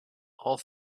all